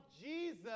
Jesus